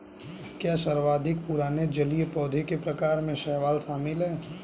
क्या सर्वाधिक पुराने जलीय पौधों के प्रकार में शैवाल शामिल है?